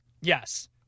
Yes